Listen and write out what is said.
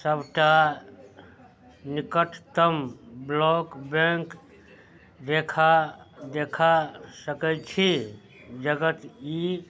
सबटा निकटतम block bank देखा देखा सकै छी जगत ई